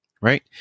right